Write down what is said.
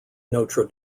notre